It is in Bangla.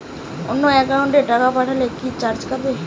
অন্য একাউন্টে টাকা পাঠালে কি চার্জ কাটবে?